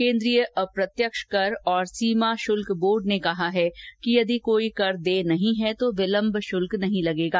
केन्द्रीय अप्रत्यक्ष कर और सीमा शुल्क बोर्ड ने कहा है कि यदि कोई कर देय नहीं है तो विलम्ब शुल्क नहीं लगेगा